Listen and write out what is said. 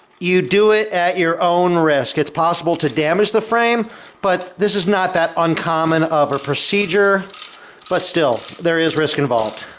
you do it at your own risk. it's possible to damage the frame but this is not that uncommon of a procedure but still, there is risk involved.